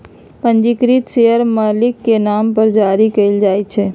पंजीकृत शेयर मालिक के नाम पर जारी कयल जाइ छै